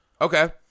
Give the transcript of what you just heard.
Okay